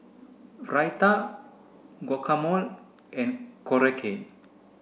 Raita Guacamole and Korokke